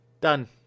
done